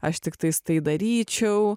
aš tiktais tai daryčiau